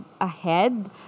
ahead